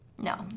No